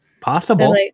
Possible